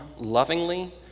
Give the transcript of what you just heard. lovingly